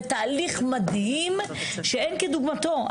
זה תהליך מדהים שאין כדוגמתו.